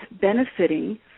benefiting